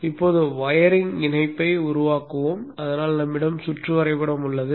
இப்போது வயரிங் இணைப்பை உருவாக்குவோம் அதனால் நம்மிடம் சுற்று வரைபடம் உள்ளது